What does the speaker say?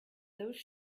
those